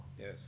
Yes